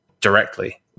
directly